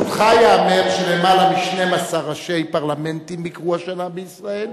שלמעלה מ-12 ראשי פרלמנטים ביקרו השנה בישראל,